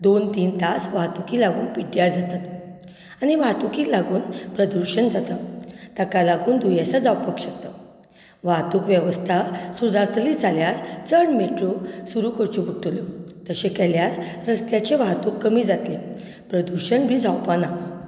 दोन तीन तास वाहतुकीक लागून पिड्डयार जातात आनी वाहतुकीक लागून प्रदुशण जाता ताका लागून दुयेंसां जावपाक शकतात वाहतूक वेवस्था सुदारतली जाल्यार चड मेट्रो सुरू करच्यो पडटल्यो तशें केल्यार रस्त्याचें वाहतूक कमीं जातले प्रदुशण बी जावपाना